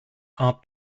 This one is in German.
art